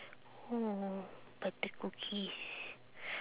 oh butter cookies